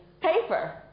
paper